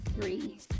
three